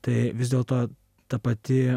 tai vis dėlto ta pati